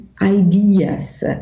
ideas